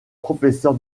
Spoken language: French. professeur